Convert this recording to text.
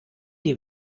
die